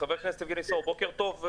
בוקר טוב.